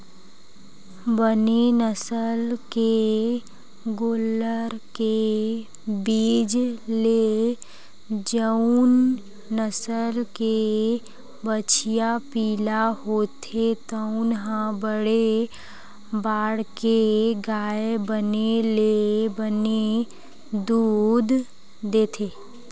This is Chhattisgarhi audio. बने नसल के गोल्लर के बीज ले जउन नसल के बछिया पिला होथे तउन ह बड़े बाड़के गाय बने ले बने दूद देथे